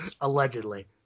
Allegedly